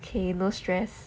okay no stress